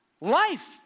life